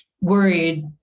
worried